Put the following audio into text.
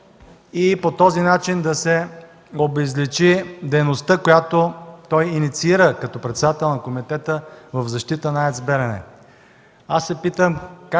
и по този начин да се обезличи дейността, която той инициира като председател на комитета в защита на АЕЦ „Белене”.